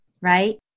right